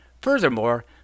furthermore